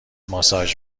ماساژ